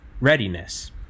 readiness